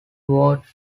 vote